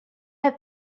have